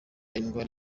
indwara